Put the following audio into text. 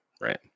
Right